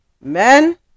men